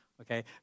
okay